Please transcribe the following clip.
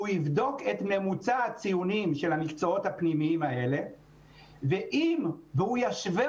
יבדוק את ממוצע הציונים של המקצועות הפנימיים האלה והוא ישווה